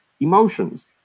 emotions